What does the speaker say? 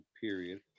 period